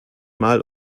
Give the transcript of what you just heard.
mal